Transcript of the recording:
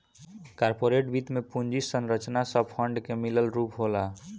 corporate वित्त में पूंजी संरचना सब फंड के मिलल रूप होला